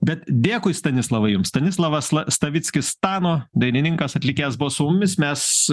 bet dėkui stanislavai jums stanislavas stavickis stano dainininkas atlikėjęs buvo su mumis mes